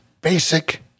basic